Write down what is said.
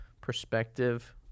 Perspective